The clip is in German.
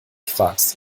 fragst